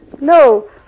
No